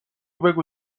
بگو